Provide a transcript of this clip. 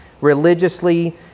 religiously